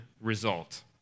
result